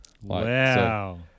Wow